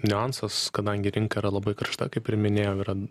niuansas kadangi rinka yra labai karšta kaip ir minėjau yra